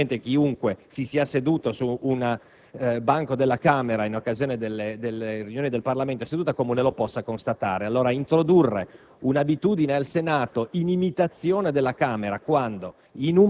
debbano alzarsi; credo che chiunque sia stato deputato o semplicemente chiunque si sia seduto su un banco della Camera in occasione delle riunioni del Parlamento in seduta comune lo possa constatare.